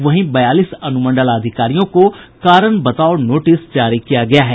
वहीं बयालीस अनुमंडलाधिकारियों को कारण बताओ नोटिस जारी किया गया है